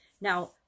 Now